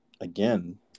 again